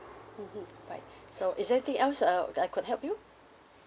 mmhmm right so is there anything else uh I could help you